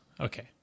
Okay